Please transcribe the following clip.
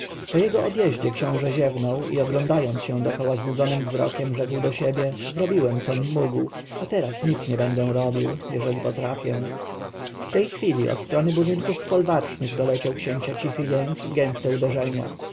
egipt po odjeździe urzędnika książę ziewnął i oglądając się dokoła znudzonym wzrokiem rzekł do siebie zrobiłem com mógł a teraz nic nie będę robił jeśli potrafię w tej chwili od strony budynków folwarcznych doleciał księcia cichy jęk i gęste uderzenia